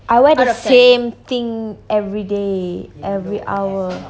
I wear the same thing every day every hour